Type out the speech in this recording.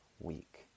week